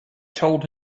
told